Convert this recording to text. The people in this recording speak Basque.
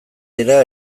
dira